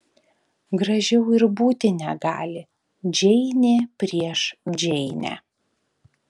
gražiau ir būti negali džeinė prieš džeinę